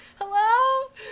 Hello